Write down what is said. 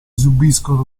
subiscono